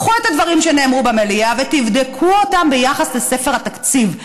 קחו את הדברים שנאמרו במליאה ותבדקו אותם ביחס לספר התקציב,